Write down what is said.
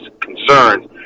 concerns